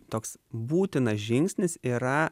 toks būtinas žingsnis yra